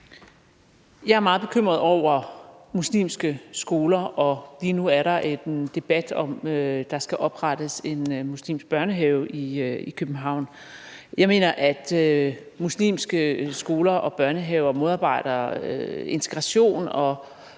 Jeg er meget bekymret over muslimske skoler, og lige nu er der en debat om, at der skal oprettes en muslimsk børnehave i København. Jeg mener, at muslimske skoler og børnehaver modarbejder integration og